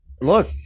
look